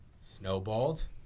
snowballed